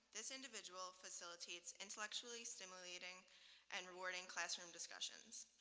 this individual facilitates intellectually stimulating and rewarding classroom discussions.